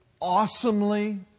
awesomely